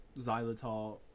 xylitol